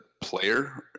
player